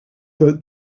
broke